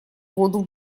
воду